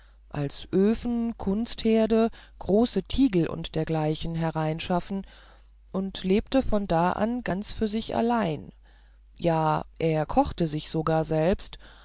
als öfen kunstherde große tiegel und dergleichen hineinschaffen und lebte von da an ganz für sich allein ja er kochte sich sogar selbst